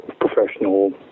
professional